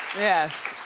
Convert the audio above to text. yes.